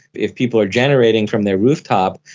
if people are generating from their rooftop,